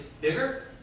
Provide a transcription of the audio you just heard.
bigger